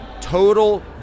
Total